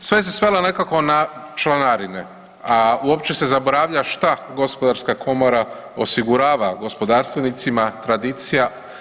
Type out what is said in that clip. Sve se svelo nekako na članarine, a uopće se zaboravlja šta gospodarska komora osigurava gospodarstvenicima, tradicija.